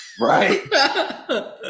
Right